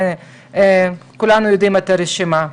כולנו מכירים את הרשימה,